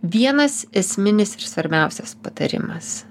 vienas esminis ir svarbiausias patarimas